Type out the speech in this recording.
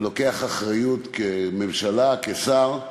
והוא לוקח אחריות כממשלה, כשר,